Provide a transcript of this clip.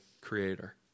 creator